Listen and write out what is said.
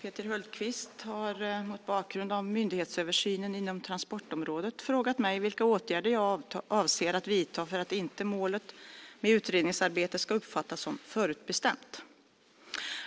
Peter Hultqvist har, mot bakgrund av myndighetsöversynen inom transportområdet, frågat mig vilka åtgärder jag avser att vidta för att inte målet med utredningsarbetet ska uppfattas som förutbestämt.